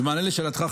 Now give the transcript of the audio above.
במענה על שאלתך,